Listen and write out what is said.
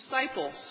disciples